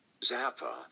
Zappa